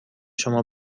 شما